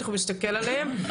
אתה מסתכל עליהם,